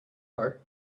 part